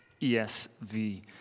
ESV